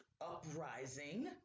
uprising